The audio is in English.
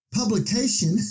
publication